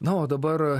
na o dabar